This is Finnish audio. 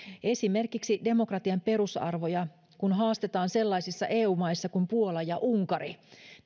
esimerkiksi demokratian perusarvoja haastetaan sellaisissa eu maissa kuin puola ja unkari